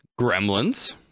Gremlins